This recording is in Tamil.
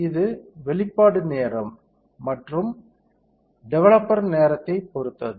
இது வெளிப்பாடு நேரம் மற்றும் டெவலப்பர் நேரத்தைப் பொறுத்தது